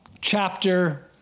chapter